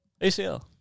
ACL